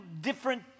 different